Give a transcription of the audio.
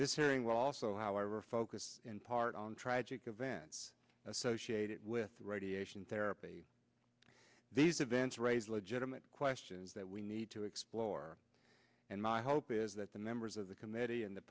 hearing will also however focus in part on tragic events associated with radiation therapy these events raise legitimate questions that we need to explore and my hope is that the members of the committee and the